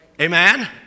amen